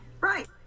Right